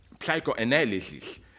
psychoanalysis